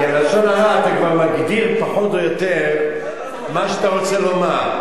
כי לשון הרע זה כבר מגדיר פחות או יותר מה שאתה רוצה לומר.